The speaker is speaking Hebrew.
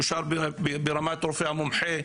אושר ברמת רופא המומחה?